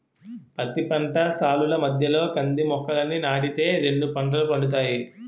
పత్తి పంట సాలుల మధ్యలో కంది మొక్కలని నాటి తే రెండు పంటలు పండుతాయి